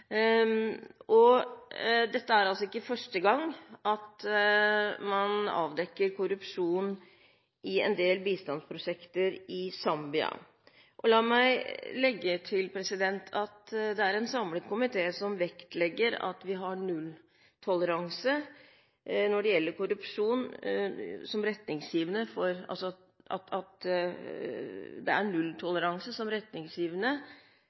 – dette er ikke første gang man avdekker korrupsjon i en del bistandsprosjekter i Zambia. La meg legge til at det er en samlet komité som vektlegger at vi når det gjelder korrupsjon har nulltoleranse som retningsgivende for